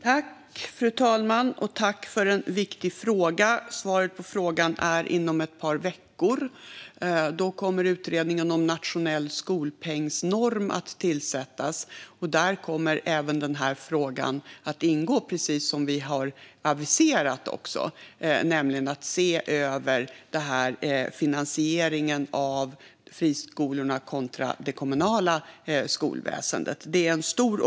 Fru talman! Jag tackar ledamoten för en viktig fråga, och svaret är inom ett par veckor. Då kommer utredningen om en nationell skolpengsnorm att tillsättas, och precis som vi har aviserat kommer också frågan om finansiering av friskolor kontra kommunalt skolväsen att ses över.